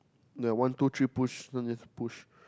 that one two three push so just push